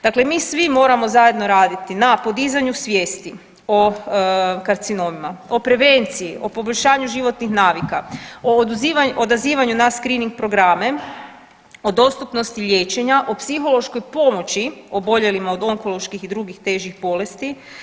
Dakle, mi svi moramo raditi na podizanju svijesti o karcinomima, o prevenciji, o poboljšanju životnih navika, o odazivanju na skrining programe, o dostupnosti liječenja, o psihološkoj pomoći oboljelima od onkoloških i drugih težih bolesti.